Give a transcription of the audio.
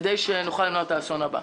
כדי שנוכל למנוע את האסון הבא,